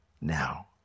now